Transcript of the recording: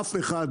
אף אחד,